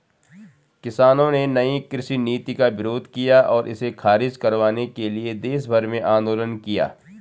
किसानों ने नयी कृषि नीति का विरोध किया और इसे ख़ारिज करवाने के लिए देशभर में आन्दोलन किया